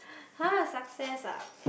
!huh! success ah